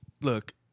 look